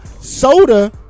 Soda